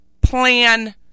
plan